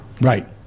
Right